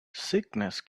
sickness